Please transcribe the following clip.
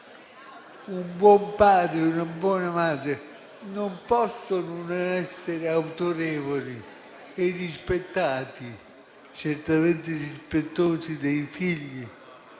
Un buon padre e una buona madre non possono non essere autorevoli e rispettati, certamente rispettosi dei figli,